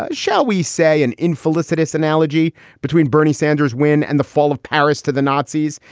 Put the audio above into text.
ah shall we say, an infelicitous analogy between bernie sanders win and the fall of paris to the nazis.